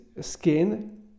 skin